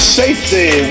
safety